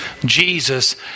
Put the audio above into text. Jesus